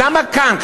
למה כאן,